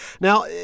Now